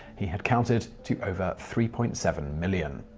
he had counted to over three point seven million.